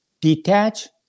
Detach